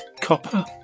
copper